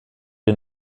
den